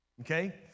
Okay